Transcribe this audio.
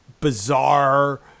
bizarre